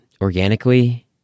organically